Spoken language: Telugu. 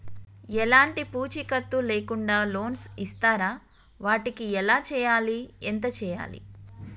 ఎలాంటి పూచీకత్తు లేకుండా లోన్స్ ఇస్తారా వాటికి ఎలా చేయాలి ఎంత చేయాలి?